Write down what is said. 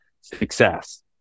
success